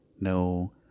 no